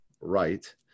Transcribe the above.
right